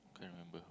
can't remember